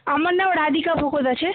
আমার নাম রাধিকা ভকত আছে